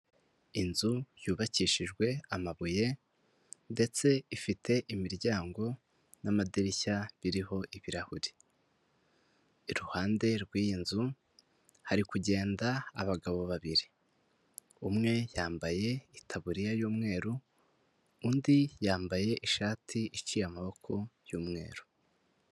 Inzu yubakishijwe amabuye ndetse ifite imiryango n'amadirishya biriho ibirahuri. Iruhande rw'iyi nzu hari kugenda abagabo babiri: umwe yambaye itaburiya y'umweru, undi yambaye ishati iciye amaboko y'umweru.